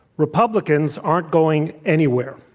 republicans aren't going anywhere.